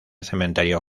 cementerio